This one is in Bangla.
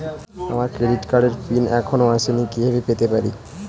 আমার ক্রেডিট কার্ডের পিন এখনো আসেনি কিভাবে পেতে পারি?